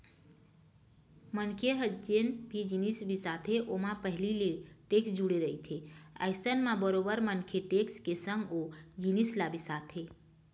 मनखे ह जेन भी जिनिस बिसाथे ओमा पहिली ले टेक्स जुड़े रहिथे अइसन म बरोबर मनखे टेक्स के संग ओ जिनिस ल बिसाथे